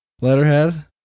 letterhead